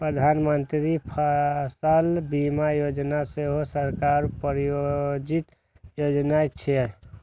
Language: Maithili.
प्रधानमंत्री फसल बीमा योजना सेहो सरकार प्रायोजित योजना छियै